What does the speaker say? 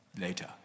later